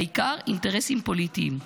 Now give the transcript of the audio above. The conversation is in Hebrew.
העיקר אינטרסים פוליטיים,